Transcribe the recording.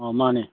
ꯑꯣ ꯃꯥꯟꯅꯤ